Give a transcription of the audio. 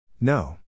No